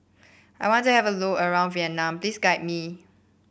I want to have a look around Vienna please guide me